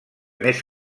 més